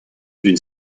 d’une